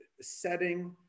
setting